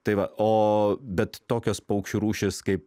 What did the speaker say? tai va o bet tokios paukščių rūšys kaip